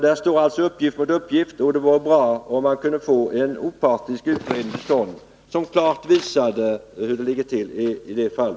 Där står alltså uppgift mot uppgift. Det vore bra att få en opartisk utredning till stånd som klart visade hur det ligger till.